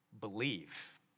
Believe